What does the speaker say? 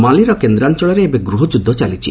ମାଲିର କେନ୍ଦ୍ରାଞ୍ଚଳରେ ଏବେ ଗୃହଯୁଦ୍ଧ ଚାଲିଛି